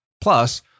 Plus